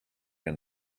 and